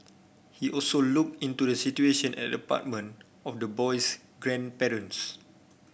he also looked into the situation at the apartment of the boy's grandparents